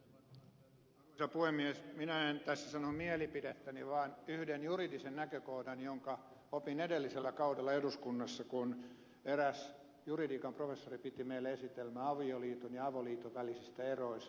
minä en tässä sano mielipidettäni vaan yhden juridisen näkökohdan jonka opin edellisellä kaudella eduskunnassa kun eräs juridiikan professori piti meille esitelmää avioliiton ja avoliiton välisistä eroista